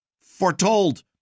foretold